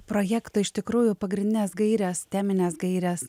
projektai iš tikrųjų pagrindinės gairės teminės gairės